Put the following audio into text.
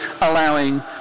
allowing